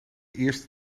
eerste